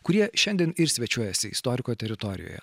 kurie šiandien ir svečiuojasi istoriko teritorijoje